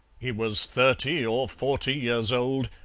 he was thirty or forty years old,